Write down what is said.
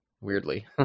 weirdly